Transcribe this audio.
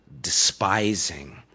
despising